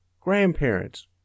grandparents